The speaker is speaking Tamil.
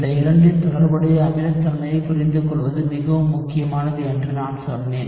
இந்த இரண்டின் தொடர்புடைய அமிலத்தன்மையைப் புரிந்துகொள்வது மிகவும் முக்கியமானது என்று நான் சொன்னேன்